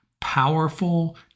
Powerful